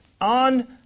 on